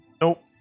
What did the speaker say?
Nope